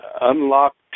unlocked